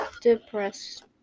depressed